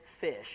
fish